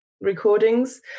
recordings